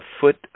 foot